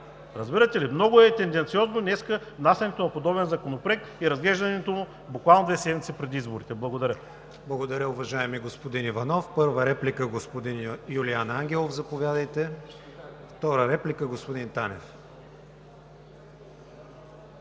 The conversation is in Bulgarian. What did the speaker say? Разбирате ли, много е тенденциозно днес внасянето на подобен законопроект и разглеждането му буквално две седмици преди изборите. Благодаря. ПРЕДСЕДАТЕЛ КРИСТИАН ВИГЕНИН: Благодаря, уважаеми господин Иванов. Първа реплика – господин Юлиан Ангелов. Заповядайте. Втора реплика – господин Танев.